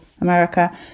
america